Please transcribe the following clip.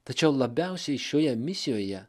tačiau labiausiai šioje misijoje